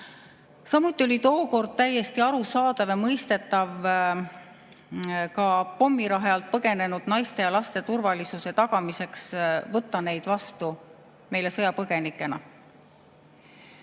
eitada. Samuti oli tookord täiesti arusaadav ja mõistetav ka pommirahe alt põgenenud naiste ja laste turvalisuse tagamiseks võtta neid vastu meile sõjapõgenikena.